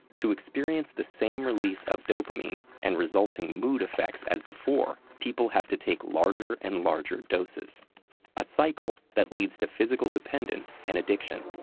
to experience the same release of dopamine and resulting mood effects as before, people have to take larger and larger doses a cycle that leads to physical dependence and addiction.